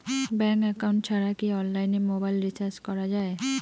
Bank account ছাড়া কি অনলাইনে মোবাইল রিচার্জ করা যায়?